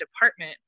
department